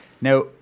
Now